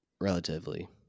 relatively